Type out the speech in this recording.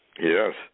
Yes